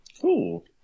Cool